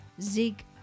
Zig